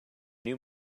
new